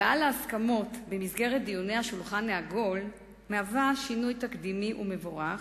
הגעה להסכמות במסגרת דיוני השולחן העגול מהווה שינוי תקדימי ומבורך,